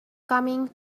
coming